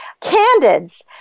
Candids